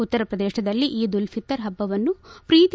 ಉತ್ತರ ಪ್ರದೇಶದಲ್ಲಿ ಈದ್ ಉಲ್ ಫಿತರ್ ಪ್ಲುವನ್ನು ಪ್ರೀತಿ